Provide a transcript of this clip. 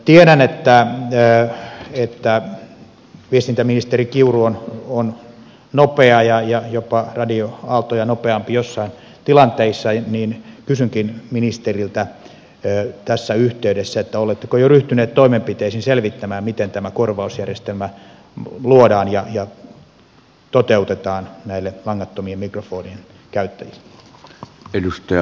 tiedän että viestintäministeri kiuru on nopea ja jopa radioaaltoja nopeampi joissain tilanteissa ja kysynkin ministeriltä tässä yhteydessä oletteko jo ryhtyneet toimenpiteisiin selvittämään miten tämä korvausjärjestelmä luodaan ja toteutetaan langattomien mikrofonien käyttäjille